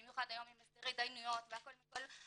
במיוחד היום עם הסדרי התדיינויות והכל מכל,